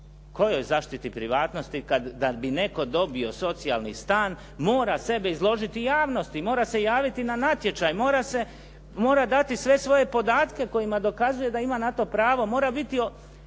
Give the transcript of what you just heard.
Kojoj zaštiti privatnosti kad da bi netko dobio socijalni stan mora sebe izložiti javnosti i mora se javiti na natječaj, mora dati sve svoje podatke kojima dokazuje da ima na to pravo, mora biti